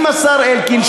עם השר אלקין,